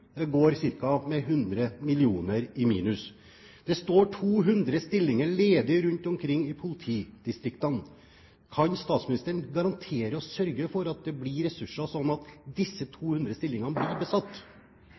går med ca. 100 mill. kr i minus. Det står 200 stillinger ledig rundt omkring i politidistriktene. Kan statsministeren garantere og sørge for at det blir ressurser, sånn at disse